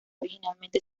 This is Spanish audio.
originalmente